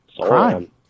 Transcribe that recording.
crime